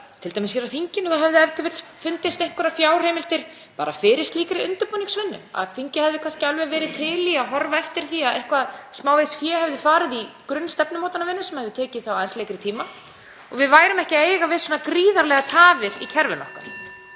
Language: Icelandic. að hér á þinginu hefðu e.t.v. fundist einhverjar fjárheimildir fyrir slíkri undirbúningsvinnu, að þingið hefði kannski alveg verið til í að horfa á eftir því að eitthvað smávegis fé hefði farið í grunnstefnumótunarvinnu, sem hefði tekið aðeins lengri tíma, og við værum ekki að eiga við svona gríðarlegar tafir í kerfinu?